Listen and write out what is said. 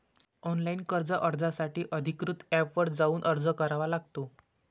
online कर्ज अर्जासाठी अधिकृत एपवर जाऊन अर्ज करावा लागतो